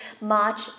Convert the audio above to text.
March